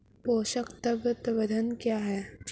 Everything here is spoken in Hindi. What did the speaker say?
पोषक तत्व प्रबंधन क्या है?